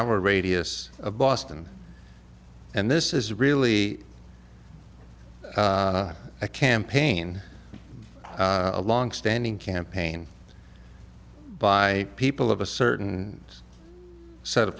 hour radius of boston and this is really a campaign a longstanding campaign by people of a certain set of